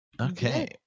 okay